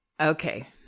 Okay